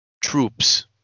troops